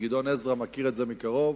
גדעון עזרא, מכיר את זה מקרוב